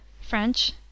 French